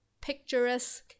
picturesque